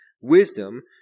Wisdom